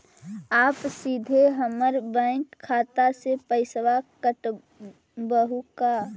आप सीधे हमर बैंक खाता से पैसवा काटवहु का?